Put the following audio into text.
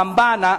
הרמב"ן,